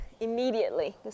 immediately